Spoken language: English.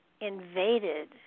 invaded